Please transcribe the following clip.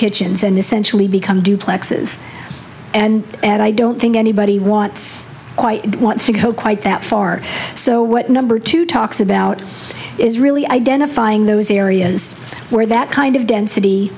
kitchens and essentially become duplexes and and i don't think anybody wants wants to go quite that far so what number two talks about is really identifying those areas where that kind of density